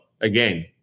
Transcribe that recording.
again